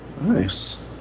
Nice